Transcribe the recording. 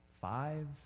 five